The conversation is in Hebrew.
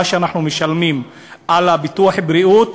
מה שאנחנו משלמים על ביטוח הבריאות,